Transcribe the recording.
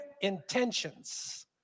intentions